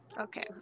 Okay